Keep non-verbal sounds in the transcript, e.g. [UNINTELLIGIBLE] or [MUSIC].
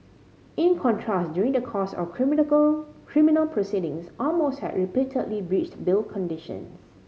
in contrast during the course of [UNINTELLIGIBLE] criminal proceedings Amos had repeatedly breached bail condition